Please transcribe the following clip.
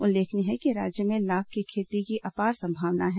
उल्लेखनीय है कि राज्य में लाख की खेती की अपार संभावनाए हैं